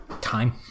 Time